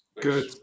good